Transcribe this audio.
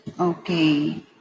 Okay